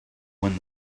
when